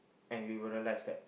and you will realise that